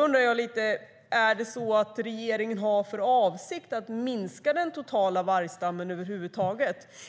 Har regeringen över huvud taget för avsikt att minska den totala vargstammen?